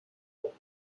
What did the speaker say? books